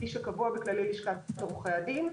כפי שקבוע בכללי לשכת עורכי הדין.